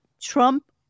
Trump